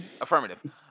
affirmative